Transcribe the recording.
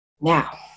Now